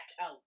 out